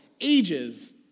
ages